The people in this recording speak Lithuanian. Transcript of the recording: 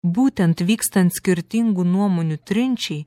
būtent vykstant skirtingų nuomonių trinčiai